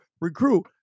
recruit